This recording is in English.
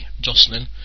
Jocelyn